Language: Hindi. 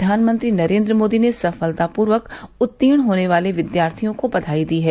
प्रधानमन्त्री नरेन्द्र मोदी ने सफलतापूर्वक उत्तीर्ण होने वाले विद्यार्थियों को बधाई दी है